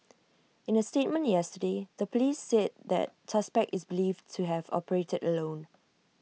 in A statement yesterday the Police said that suspect is believed to have operated alone